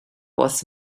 was